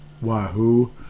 Wahoo